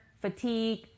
fatigue